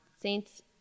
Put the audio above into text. Saints